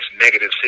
negative